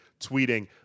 tweeting